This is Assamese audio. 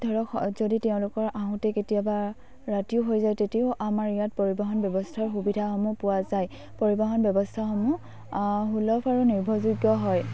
ধৰক যদি তেওঁলোকৰ আহোঁতে কেতিয়াবা ৰাতিও হৈ যায় তেতিয়াও আমাৰ ইয়াত পৰিৱহণ ব্যৱস্থাৰ সুবিধাসমূহ পোৱা যায় পৰিৱহণ ব্যৱস্থাসমূহ সুলভ আৰু নিৰ্ভৰযোগ্য হয়